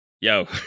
yo